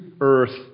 earth